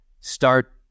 start